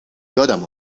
یادم